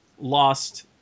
lost